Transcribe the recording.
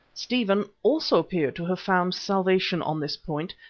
stephen also appeared to have found salvation on this point,